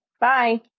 Bye